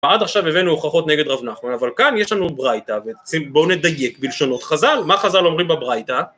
עד עכשיו הבאנו הוכחות נגד רב נחמן, אבל כאן יש לנו ברייתא, בואו נדייק בלשונות חז"ל, מה חז"ל אומרים בברייתא?